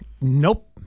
Nope